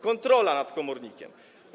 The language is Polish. Kontrola nad komornikiem.